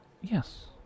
yes